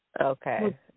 Okay